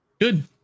Good